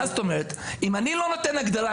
אם אני לא נותן הגדרה,